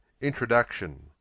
Introduction